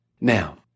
Now